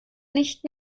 nicht